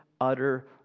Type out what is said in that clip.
utter